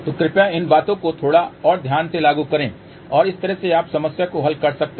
तो कृपया इन बातों को थोड़ा और ध्यान से लागू करें और इस तरह से आप समस्या को हल कर सकते हैं